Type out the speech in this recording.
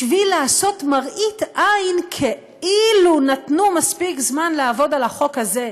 בשביל לעשות מראית עין כאילו נתנו מספיק זמן לעבוד על החוק הזה,